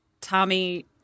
Tommy